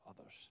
others